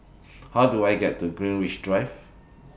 How Do I get to Greenwich Drive